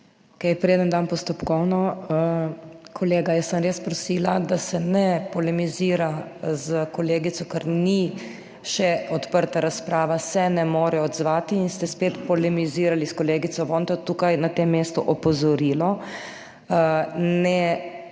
Preden dam postopkovno, kolega, jaz sem res prosila, da se ne polemizira s kolegico, ker ni še odprta razprava, se ne more odzvati in ste spet polemizirali s kolegico Vonta. Tukaj na tem mestu opozorilo. Prav